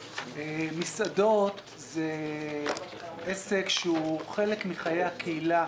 מסעדות זה עסק שהוא חלק מחיי הקהילה.